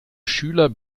schüler